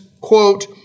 quote